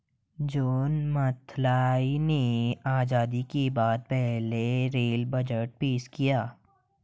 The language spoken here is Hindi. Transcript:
जॉन मथाई ने आजादी के बाद पहला रेल बजट पेश किया